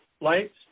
lights